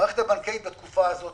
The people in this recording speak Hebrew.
המערכת הבנקאית בתקופה הזאת